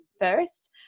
first